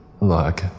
Look